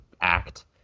act